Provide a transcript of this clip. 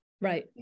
Right